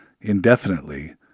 indefinitely